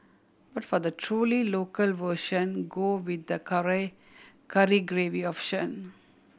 but for the truly local version go with the curry curry gravy option